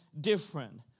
different